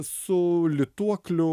su lituokliu